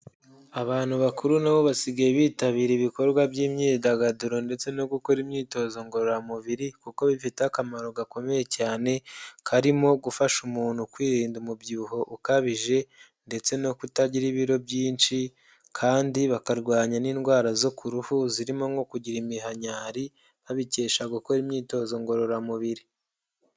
Abantu bakuru na bo basigaye bitabira ibikorwa by'imyidagaduro ndetse no gukora imyitozo ngororamubiri kuko bifite akamaro gakomeye cyane karimo gufasha umuntu kwirinda umubyibuho ukabije ndetse no kutagira ibiro byinshi kandi bakarwanya n'indwara zo ku ruhu zirimo nko kugira imkanyari, babikesha gukora imyitozo ngororamubiri.